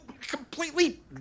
completely